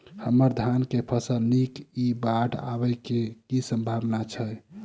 हम्मर धान केँ फसल नीक इ बाढ़ आबै कऽ की सम्भावना छै?